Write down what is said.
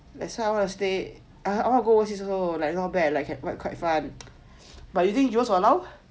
that's why I want to stay I want to go overseas also like not bad quite fun but you but you think jewel will allow